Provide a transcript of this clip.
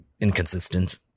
inconsistent